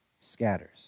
scatters